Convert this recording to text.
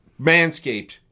Manscaped